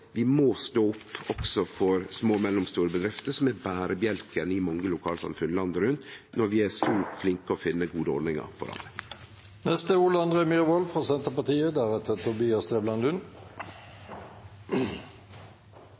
Vi må stå opp også for små og mellomstore bedrifter, som er berebjelken i mange lokalsamfunn landet rundt, når vi er så flinke til å finne gode ordningar for